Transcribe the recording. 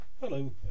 Hello